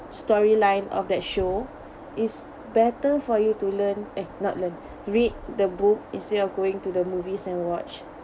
story line of that show is better for you to learn eh not learn read the book instead of going to the movies and watch